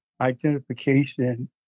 identification